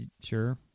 Sure